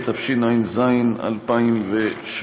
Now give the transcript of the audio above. התשע"ז 2017,